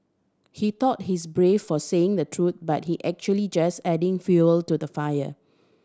he thought he's brave for saying the truth but he actually just adding fuel to the fire